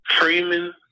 Freeman